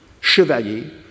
Chevalier